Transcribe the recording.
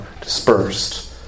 dispersed